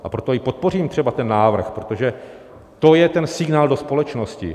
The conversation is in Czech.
A proto i podpořím třeba ten návrh, protože to je ten signál do společnosti.